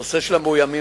הנושא של המאוימים,